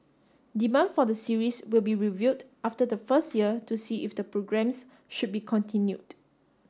demand for the series will be reviewed after the first year to see if the programmes should be continued